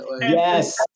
Yes